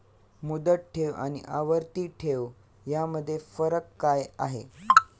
मुदत ठेव आणि आवर्ती ठेव यामधील फरक काय आहे?